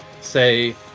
say